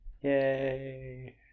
Yay